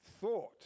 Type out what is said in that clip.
thought